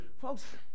folks